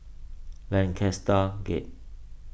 Lancaster Gate